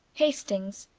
hastings,